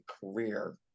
career